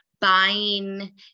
buying